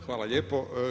Hvala lijepo.